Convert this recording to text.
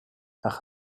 ach